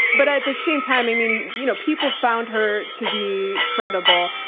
but at the same time, i mean, you know people found her to be credible.